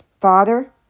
Father